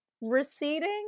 receding